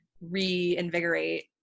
reinvigorate